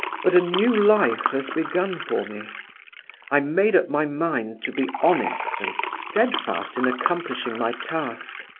but a new life has begun for me i made up my mind to be honest, and steadfast in accomplishing my task.